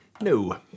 No